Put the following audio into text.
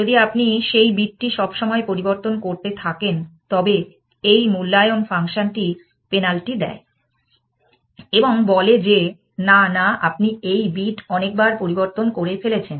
যদি আপনি সেই বিটটি সব সময় পরিবর্তন করতে থাকেন তবে এই মূল্যায়ন ফাংশনটি পেনাল্টি দেয় এবং বলে যে না না আপনি এই বিট অনেকবার পরিবর্তন করে ফেলেছেন